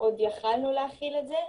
עוד יכלנו להכיל את זה,